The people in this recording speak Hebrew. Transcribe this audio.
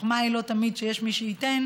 החוכמה היא לא תמיד שיש מי שייתן,